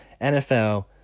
NFL